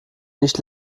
nicht